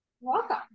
Welcome